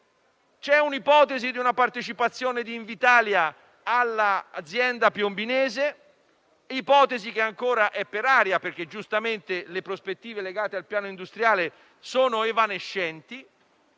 C'è l'ipotesi di una partecipazione di Invitalia all'azienda piombinese, che però è ancora per aria, perché giustamente le prospettive legate al piano industriale sono evanescenti.